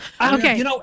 Okay